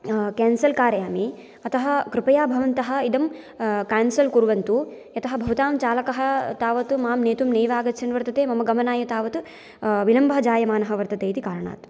cancel कारयामि अतः कृपया भवन्तः इदं केन्सल् कुर्वन्तु यतः भवतां चालकः तावत् मां नेतुं नैव आगच्छन् वर्तते मम गमनाय तावत् विलम्बः जायमानः वर्तते इति कारणात्